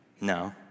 No